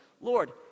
Lord